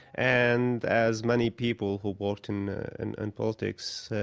and as many people who've worked and and and politics,